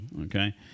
okay